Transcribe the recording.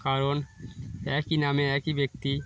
কারণ একই নামে একই ব্যক্তি